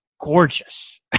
gorgeous